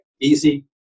easy